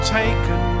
taken